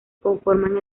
conforman